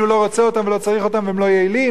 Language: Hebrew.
לא רוצה אותם ולא צריך אותם והם לא יעילים,